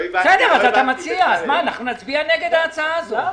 זו ההצעה שלך.